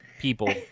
People